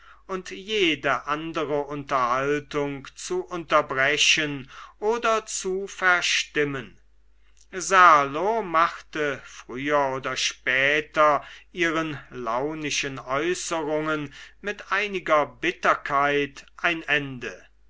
und jede andere unterhaltung zu unterbrechen oder zu verstimmen serlo machte früher oder später ihren launischen äußerungen mit einiger bitterkeit ein ende